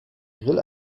grill